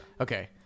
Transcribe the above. Okay